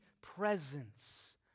presence